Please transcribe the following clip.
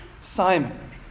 Simon